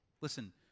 Listen